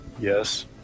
Yes